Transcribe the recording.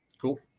Cool